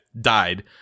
died